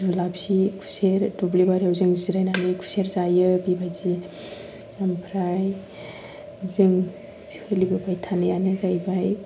जुलापि खुसेर दुब्लिबारिआव जों जिरायनानै खुसेर जायो बेबायदि ओमफ्राय जों सोलिबोबाय थानायानो जाहैबाय